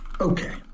Okay